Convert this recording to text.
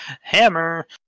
Hammer